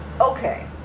Okay